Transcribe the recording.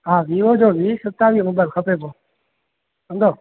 हा विवो जो वीह सतावीह नंबर खपे पोइ कंदव